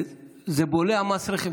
זה בולע מס רכישה.